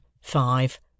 five